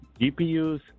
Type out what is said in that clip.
GPUs